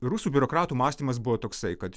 rusų biurokratų mąstymas buvo toksai kad